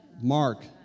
mark